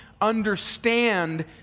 understand